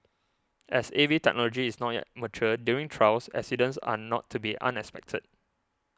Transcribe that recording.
as A V technology is not yet mature during trials accidents are not to be unexpected